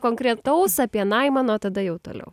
konkretaus apie naimaną o tada jau toliau